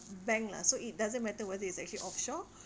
bank lah so it doesn't matter whether it's actually offshore